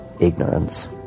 ignorance